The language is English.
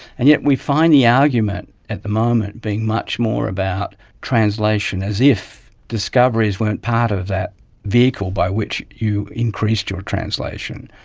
and yet we find the argument at the moment being much more about translation, as if discoveries weren't part of that vehicle by which you increased your translation.